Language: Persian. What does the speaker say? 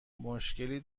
مشکلی